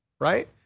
right